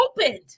opened